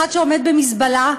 אחד שעומד במזבלה,